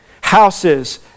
houses